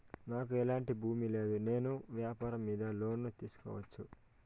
నాకు ఎట్లాంటి భూమి లేదు నేను వ్యాపారం మీద లోను తీసుకోవచ్చా?